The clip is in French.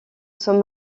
son